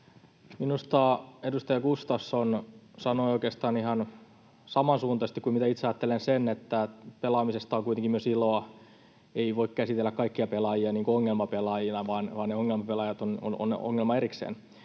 Minusta edustaja Gustafsson sanoi oikeastaan ihan samansuuntaisesti kuin itse ajattelen, että pelaamisesta on kuitenkin myös iloa. Ei voi käsitellä kaikkia pelaajia ongelmapelaajina, vaan ne ongelmapelaajat ovat ongelma erikseen,